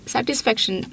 Satisfaction